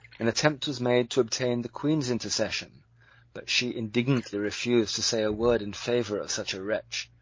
an attempt was made to obtain the queen's intercession but she indignantly refused to say a word in favour of such a wretch.